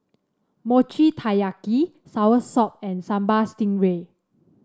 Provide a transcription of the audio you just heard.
Mochi Taiyaki soursop and Sambal Stingray